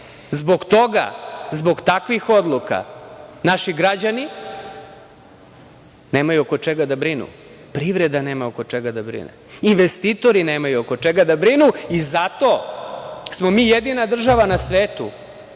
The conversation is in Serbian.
Zbog toga, zbog takvih odluka naši građani nemaju oko čega da brinu, privreda nema oko čega da brine. Investitori nemaju oko čega da brinu i zato smo mi jedina država na svetu